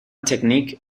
technique